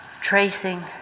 tracing